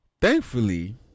Thankfully